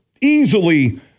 easily